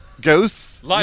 Ghosts